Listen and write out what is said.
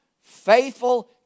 faithful